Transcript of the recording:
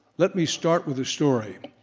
let me start with a story,